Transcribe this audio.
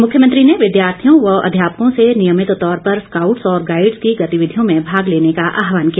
मुख्यमंत्री ने विद्यार्थियों व अध्यापकों से नियमित तौर पर स्काउट स और गाइड्स की गतिविधियों में भाग लेने का आहवान किया